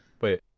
Wait